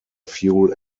fuel